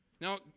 Now